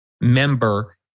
member